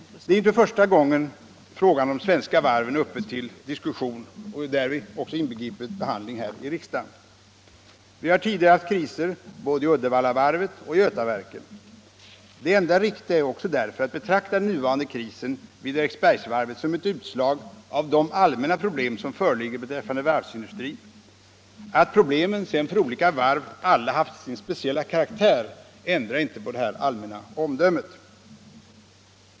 Det är inte första gången som frågan om de svenska varven är uppe till diskussion, däri inbegripet behandling i riksdagen. Vi har tidigare haft kriser i både Uddevallavarvet och Götaverken. Det enda riktiga är också därför att betrakta den nuvarande krisen som ett utslag av de allmänna problem som föreligger beträffande varvsindustrin. Att problemen sedan för olika varv alla haft sin speciella karaktär ändrar inte på detta allmänna omdöme.